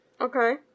Okay